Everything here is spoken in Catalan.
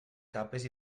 capes